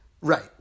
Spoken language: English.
Right